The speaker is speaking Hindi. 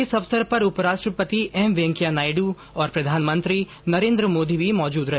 इस अवसर पर उपराष्ट्रपति एम वैंकेया नायडु और प्रधानमंत्री नरेन्द्र मोदी भी मौजूद रहे